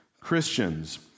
Christians